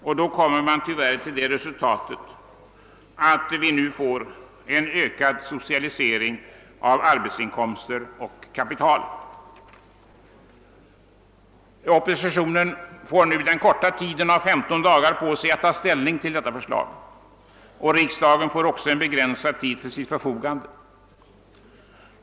Tyvärr kommer man till det resultatet, att det nu blir en ökad socialisering av arbetsinkomster och kapital. Oppositionen får den korta tiden av 15 dagar på sig att ta ställning till detta förslag, och riksdagen får begränsad tid till sitt förfogande.